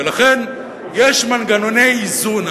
ולכן יש מנגנוני איזון.